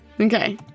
Okay